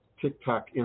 TikTok